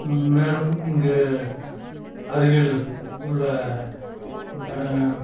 மேலும் இங்கு அருகில் உள்ள